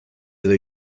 edo